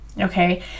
Okay